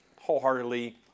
wholeheartedly